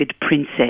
princess